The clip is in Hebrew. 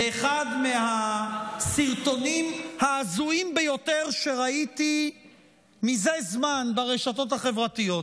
לאחד מהסרטונים ההזויים ביותר שראיתי מזה זמן ברשתות החברתיות.